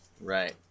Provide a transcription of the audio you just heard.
right